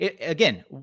again